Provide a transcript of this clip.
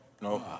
No